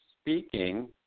speaking